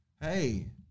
hey